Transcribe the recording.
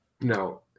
No